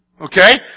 Okay